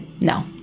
no